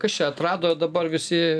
kas čia atrado dabar visi